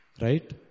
Right